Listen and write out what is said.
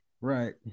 Right